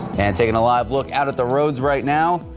and taking a live look out of the roads right now,